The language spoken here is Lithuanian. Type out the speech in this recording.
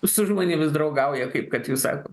su žmonėmis draugauja kaip kad jūs sakot